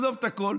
עזוב את הכול,